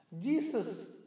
Jesus